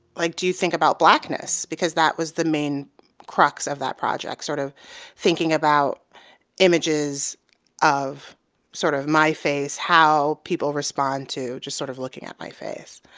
like, do you think about blackness? because that was the main crux of that project, sort of thinking about images of sort of my face, how people respond to just sort of looking at my face.